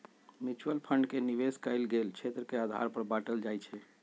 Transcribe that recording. mutual fund के निवेश कएल गेल क्षेत्र के आधार पर बाटल जाइ छइ